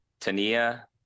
Tania